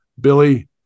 Billy